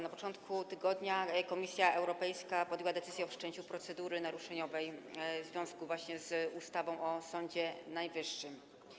Na początku tygodnia Komisja Europejska podjęła decyzję o wszczęciu procedury naruszeniowej właśnie w związku z ustawą o Sądzie Najwyższym.